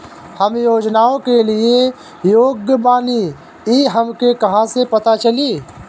हम योजनाओ के लिए योग्य बानी ई हमके कहाँसे पता चली?